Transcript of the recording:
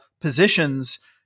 positions